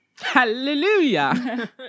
Hallelujah